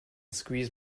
squeezed